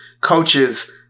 coaches